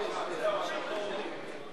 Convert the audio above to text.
ההסתייגות של קבוצת סיעת קדימה,